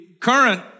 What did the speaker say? current